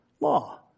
Law